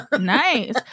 Nice